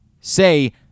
Say